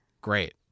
great